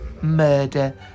murder